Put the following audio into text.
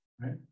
right